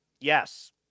Yes